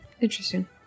Interesting